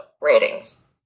ratings